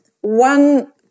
one